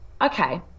okay